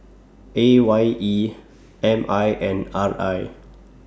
A Y E M I and R I